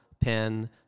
pen